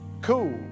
cool